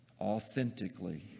authentically